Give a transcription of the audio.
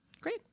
Great